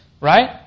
Right